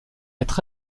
être